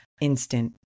instant